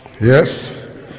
yes